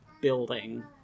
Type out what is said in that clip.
building